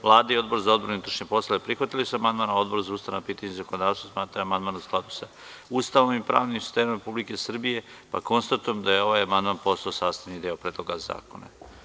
Vlada i Odbor za odbranu i unutrašnje poslove prihvatili su amandman, a Odbor za ustavna pitanja i zakonodavstvo smatra da je amandman u skladu sa Ustavom i pravnim sistemom Republike Srbije, pa konstatujem da je ovaj amandman postao sastavni deo Predloga zakona.